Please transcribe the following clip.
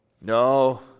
No